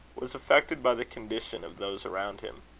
was affected by the condition of those around him.